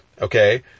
Okay